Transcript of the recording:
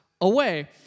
away